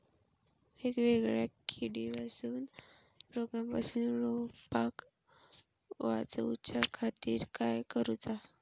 वेगवेगल्या किडीपासून किवा रोगापासून रोपाक वाचउच्या खातीर काय करूचा?